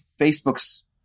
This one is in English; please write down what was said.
Facebook's